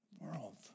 world